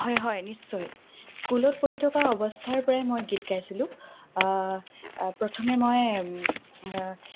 হয় হয় নিশ্চয় স্কুলত পঢ়ি থকা অৱস্থাৰপৰাই মই গীত গাইছিলোঁ প্ৰথমে মই